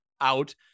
out